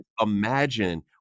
imagine